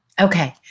Okay